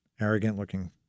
arrogant-looking